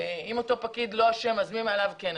ואם אותו פקיד לא אשם אז מי מעליו כן אשם?